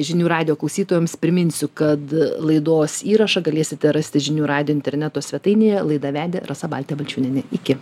žinių radijo klausytojams priminsiu kad laidos įrašą galėsite rasti žinių radijo interneto svetainėje laidą vedė rasa baltė balčiūnienė iki